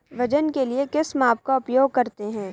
वजन के लिए किस माप का उपयोग करते हैं?